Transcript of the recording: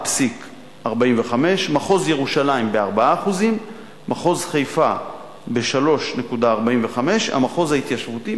ב-4.45%; מחוז ירושלים ב-4%; מחוז חיפה ב-3.45%; המחוז ההתיישבותי,